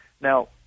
Now